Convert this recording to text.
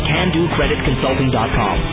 CanDoCreditConsulting.com